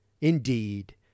Indeed